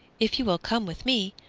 if you will come with me,